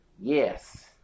Yes